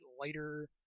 lighter